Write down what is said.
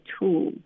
tool